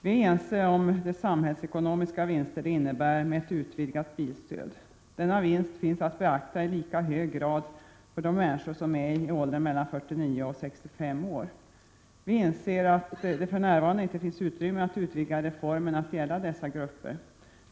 Vi är ense om de samhällsekonomiska vinster ett utvidgat bilstöd ger. Dessa vinster bör beaktas i lika hög grad när det gäller de människor som är i åldern mellan 49 och 65 år. Vi inser att det för närvarande inte finns utrymme att utvidga reformen till att gälla dessa grupper.